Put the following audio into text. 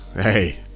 hey